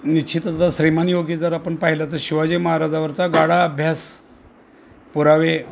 निश्चितच श्रीमान योगी जर आपण पाहिलं तर शिवाजी महाराजांवरचा गाढा अभ्यास पुरावे